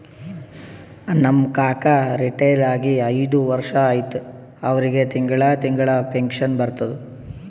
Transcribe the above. ನಮ್ ಕಾಕಾ ರಿಟೈರ್ ಆಗಿ ಐಯ್ದ ವರ್ಷ ಆಯ್ತ್ ಅವ್ರಿಗೆ ತಿಂಗಳಾ ತಿಂಗಳಾ ಪೆನ್ಷನ್ ಬರ್ತುದ್